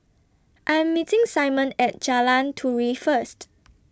I'm meeting Simon At Jalan Turi First